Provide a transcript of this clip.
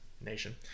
Nation